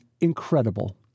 incredible